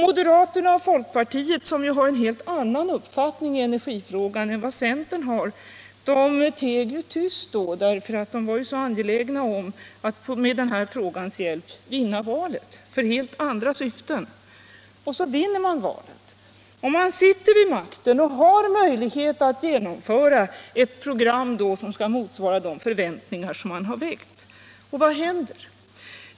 Moderaterna och folkpartisterna, som ju har en helt annan uppfattning i energifrågan än vad centern har, teg då tyst, eftersom de var så angelägna om att med den här frågan vinna valet — för helt andra syften. Och så vinner man valet! Och man sitter vid makten och har möjlighet att genomföra ett program som skall motsvara de förväntningar som man har väckt. Vad händer?